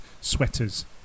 sweaters